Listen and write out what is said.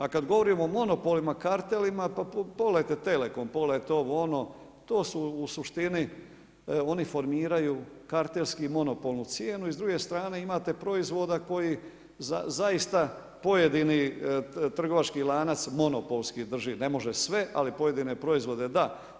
A kad govorimo o monopolima, kartelima, pa pogledajte telekom, pogledajte, ovo ono, to su u suštini, oni formiraju kartelsku monopolnu cijenu i s druge strane imate proizvoda koji zaista pojedini trgovački lanac monopolski drži, ne može sve, ali pojedine proizvode da.